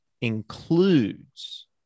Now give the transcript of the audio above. includes